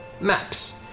maps